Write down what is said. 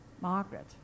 Margaret